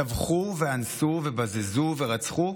טבחו ואנסו ובזזו ורצחו.